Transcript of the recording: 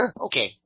okay